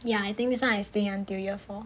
ya I think this [one] I'm staying till year four